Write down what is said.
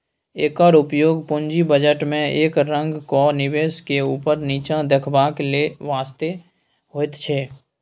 एकर उपयोग पूंजी बजट में एक रंगक निवेश के ऊपर नीचा देखेबाक वास्ते होइत छै